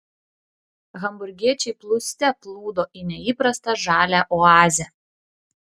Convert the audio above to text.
hamburgiečiai plūste plūdo į neįprastą žalią oazę